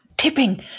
Tipping